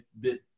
bit